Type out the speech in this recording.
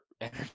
energy